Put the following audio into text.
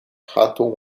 houghton